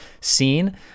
scene